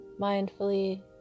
mindfully